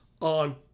on